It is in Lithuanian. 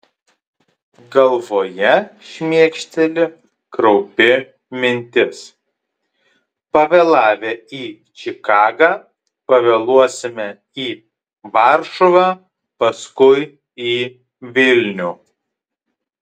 galvoje šmėkšteli kraupi mintis pavėlavę į čikagą pavėluosime į varšuvą paskui į vilnių